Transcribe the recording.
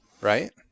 right